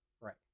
Right